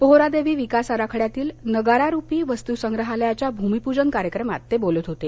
पोहरादेवी विकास आराखड्यातील नगारारुपी वस्तुसंग्रहालयाच्या भूमिपूजन कार्यक्रमात ते बोलत होते